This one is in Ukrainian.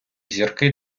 зірки